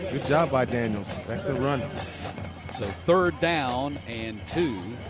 job by daniels. excellent run. so third down and two.